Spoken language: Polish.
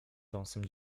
dąsem